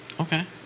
Okay